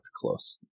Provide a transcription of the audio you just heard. close